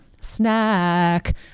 snack